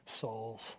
souls